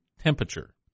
temperature